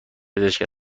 پزشک